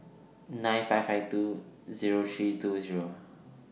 nine five five two Zero three two Zero